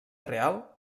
real